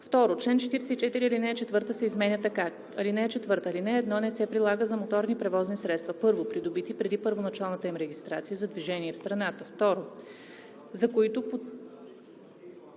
в“. 2. Член 44, ал. 4 се изменя така: „(4) Алинея 1 не се прилага за моторни превозни средства: 1. придобити преди първоначалната им регистрация за движение в страната; 2. за които